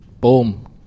Boom